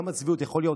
כמה צביעות יכולה להיות,